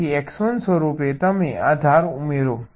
તેથી x1 સ્વરૂપે તમે આ ધાર ઉમેરો